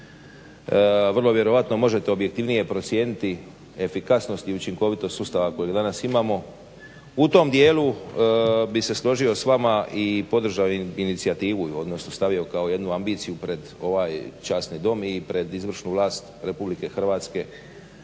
vrlo vjerojatno možete objektivnije procijeniti efikasnost i učinkovitost sustava kojeg danas imamo. U tom dijelu bih se složio s vama i podržao inicijativu, odnosno stavio kao jednu ambiciju pred ovaj časni Dom i pred izvršnu vlast Republike Hrvatske